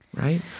right?